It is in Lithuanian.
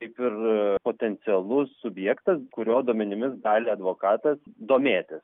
kaip ir potencialus subjektas kurio duomenimis gali advokatas domėtis